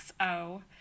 XO